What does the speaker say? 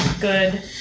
good